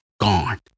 gone